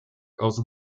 aus